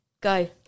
Go